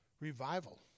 revival